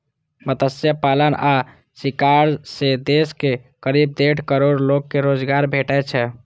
मत्स्य पालन आ शिकार सं देशक करीब डेढ़ करोड़ लोग कें रोजगार भेटै छै